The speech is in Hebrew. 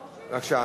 בבקשה,